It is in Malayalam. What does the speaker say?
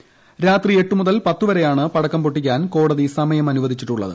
പൊട്ടിക്കാൻ രാത്രി എട്ടുമുതൽ പത്ത് വരെയാണ് പടക്കം പൊട്ടിക്കാൻ കോടതി സമയം അനുവദിച്ചിട്ടുള്ളത്